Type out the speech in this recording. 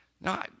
No